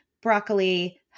broccoli